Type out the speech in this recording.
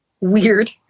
weird